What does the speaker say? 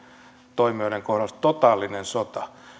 toimijoiden kohdalla termiä totaalinen sota